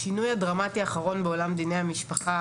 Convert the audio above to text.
השינוי הדרמטי האחרון בעולם דיני המשפחה